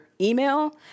email